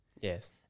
Yes